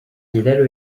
gelir